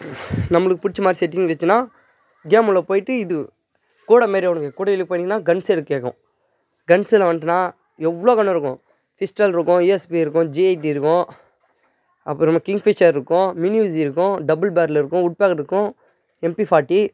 நம்மளுக்கு பிடிச்ச மாதிரி செட்டிங் வைச்சென்னா கேமுள்ளே போய்விட்டு இது கூடை மாரி ஒன்று கூடையில் போய்விட்டிங்கன்னா கன்ஸ் எடுத்து கேட்கும் கன்ஸில் வந்துட்டுன்னா எவ்வளோ கன்னு இருக்கும் பிஸ்டலிருக்கும் யூஎஸ்பி இருக்கும் ஜிஐடி இருக்கும் அப்புறம் என்ன கிங் ஃபிஷ்ஷர் இருக்கும் மினி யூசி இருக்கும் டபுள் பேரெல் இருக்கும் உட் பேக்கர் இருக்கும் எம்பி ஃபாட்டி